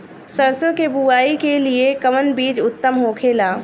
सरसो के बुआई के लिए कवन बिज उत्तम होखेला?